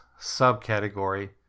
subcategory